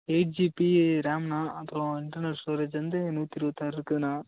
eight GB ரேம்ண்ணா அப்புறம் internal storage வந்து நூற்றி இருபத்தாறு இருக்குதுண்ணா